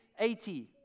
80